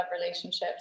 relationships